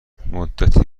مدتی